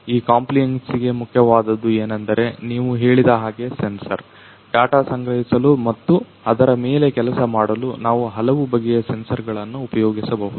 ಈ ಕಾಂಪ್ಲಿಯನ್ಸಿಗೆ ಮುಖ್ಯವಾದದ್ದು ಏನೆಂದರೆ ನೀವು ಹೇಳಿದ ಹಾಗೆ ಸೆನ್ಸರ್ ಡಾಟ ಸಂಗ್ರಹಿಸಲು ಮತ್ತು ಅದರ ಮೇಲೆ ಕೆಲಸ ಮಾಡಲು ನಾವು ಹಲವು ಬಗೆಯ ಸೆನ್ಸರ್ಗಳನ್ನ ಉಪಯೋಗಿಸಬಹುದು